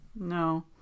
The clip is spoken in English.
No